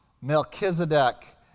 Melchizedek